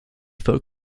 folk